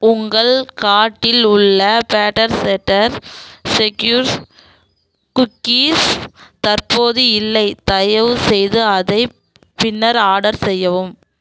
உங்கள் கார்ட்டில் உள்ள பேட்டர் சேட்டர் செக்யூர்ஸ் குக்கீஸ் தற்போது இல்லை தயவுசெய்து அதை பின்னர் ஆடர் செய்யவும்